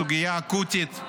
סוגיה אקוטית,